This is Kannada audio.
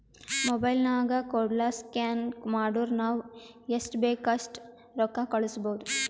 ಮೊಬೈಲ್ ನಾಗ್ ಕೋಡ್ಗ ಸ್ಕ್ಯಾನ್ ಮಾಡುರ್ ನಾವ್ ಎಸ್ಟ್ ಬೇಕ್ ಅಸ್ಟ್ ರೊಕ್ಕಾ ಕಳುಸ್ಬೋದ್